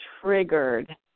triggered